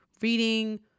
reading